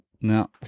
No